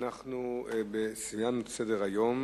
סיימנו את סדר-היום.